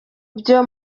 byo